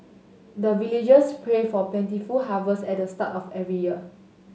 the villagers pray for plentiful harvest at the start of every year